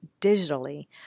digitally